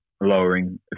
lowering